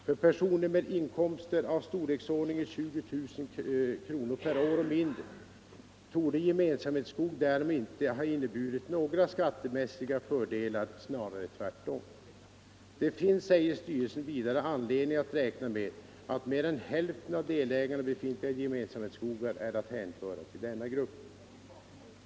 För personer med inkomster av storleksordningen 20 000 kr. per år och mindre torde gemensamhetsskog däremot inte ha inneburit några skattemässiga fördelar, snarare tvärtom. Det finns, säger styrelsen vidare, anledning att räkna med att mer än hälften av delägarna i befintliga gemensamhetsskogar är att hänföra till denna grupp.